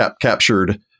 captured